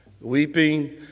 Weeping